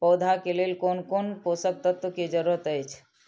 पौधा के लेल कोन कोन पोषक तत्व के जरूरत अइछ?